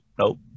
nope